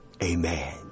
Amen